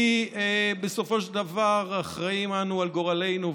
כי בסופו של דבר אחראים אנו לגורלנו,